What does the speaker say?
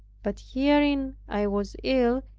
but hearing i was ill,